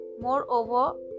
moreover